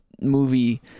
movie